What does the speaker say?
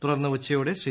തുടർന്ന് ഉച്ചയോടെ ശ്രീ